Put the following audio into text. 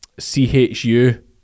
CHU